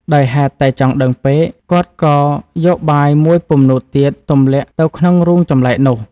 ដោយហេតុតែចង់ដឹងពេក គាត់ក៏យកបាយមួយពំនូតទៀតទម្លាក់ទៅក្នុងរូងចំលែកនោះ ។